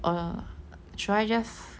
or should I just